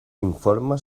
informa